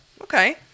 Okay